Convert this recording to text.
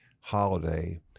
holiday